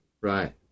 Right